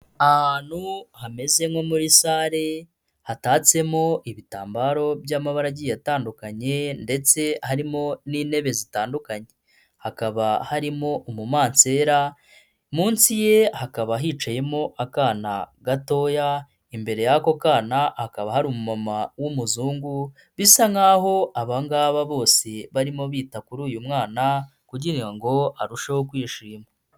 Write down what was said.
Ahantu hameze nko muri sare hatatsemo ibitambaro by'amabara agiye atandukanye ndetse harimo n'intebe zitandukanye, hakaba harimo umumansera munsi ye hakaba hicayemo akana gatoya imbere yako kana hakaba hari umumama w'umuzungu, bisa nkaho aba ngaba bose barimo bita kuri uyu mwana kugira ngo arusheho kwishima.